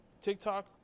TikTok